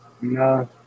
No